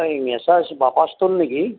হয় নেচাৰচ Bata store নেকি